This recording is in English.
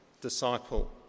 disciple